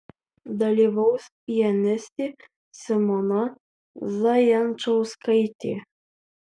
dalyvaus pianistė simona zajančauskaitė